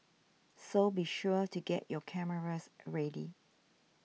so be sure to get your cameras ready